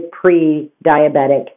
pre-diabetic